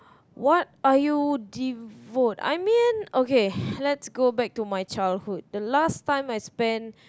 what are you devote I mean okay let's go back to my childhood the last time I spend